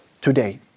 today